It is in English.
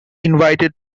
invited